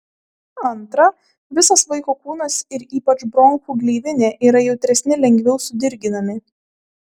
antra visas vaiko kūnas ir ypač bronchų gleivinė yra jautresni lengviau sudirginami